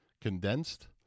condensed